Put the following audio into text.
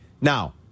Now